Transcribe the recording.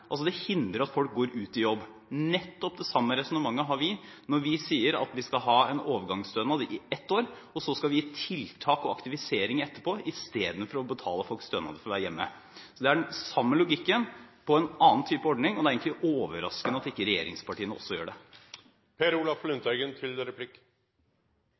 hindrer at folk går ut i jobb. Nettopp det samme resonnementet har vi når vi sier at vi skal ha en overgangsstønad i ett år, og så skal vi gi tiltak og aktivisering etterpå, istedenfor å betale folk stønad for å være hjemme. Det er den samme logikken brukt på en annen type ordning – og det er egentlig overraskende at ikke regjeringspartiene også gjør det.